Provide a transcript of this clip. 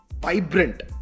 vibrant